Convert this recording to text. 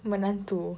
menantu